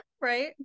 Right